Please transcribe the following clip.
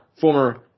former